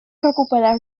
recuperar